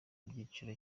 ibyiciro